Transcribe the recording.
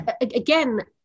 again